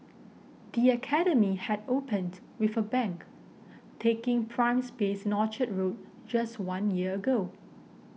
the academy had opened with a bang taking prime space in Orchard Road just one year ago